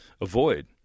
avoid